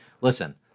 Listen